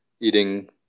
eating